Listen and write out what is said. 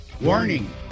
warning